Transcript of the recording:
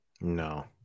No